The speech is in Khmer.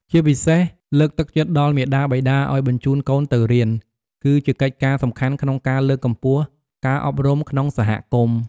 ជាពិសេស លើកទឹកចិត្តដល់មាតាបិតាឱ្យបញ្ជូនកូនទៅរៀន គឺជាកិច្ចការសំខាន់ក្នុងការ លើកកម្ពស់ការអប់រំ ក្នុងសហគមន៍។